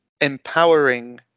empowering